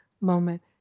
moment